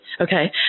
Okay